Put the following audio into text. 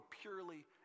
purely